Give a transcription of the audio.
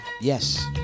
Yes